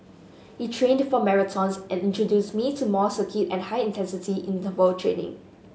he trained for marathons and introduced me to more circuit and high intensity interval training